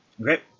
Okay